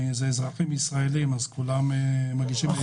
אלה אזרחים ישראלים אז כולם מגישים בעברית.